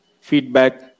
Feedback